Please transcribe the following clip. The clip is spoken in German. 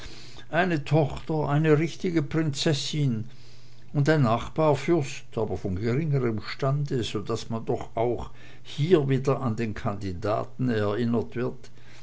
eine tochter eine richtige prinzessin und ein nachbarfürst aber von geringerem stande so daß man doch auch hier wieder an den kandidaten erinnert wird